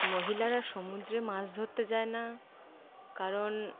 মহিলারা সমুদ্রে মাছ ধরতে যায় না কারণ